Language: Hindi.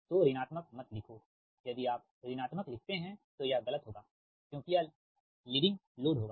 तो ऋणात्मक मत लिखो यदि आप ऋणात्मक लिखते हैं तो यह गलत होगा क्योंकि यह लीडिंग लोड होगा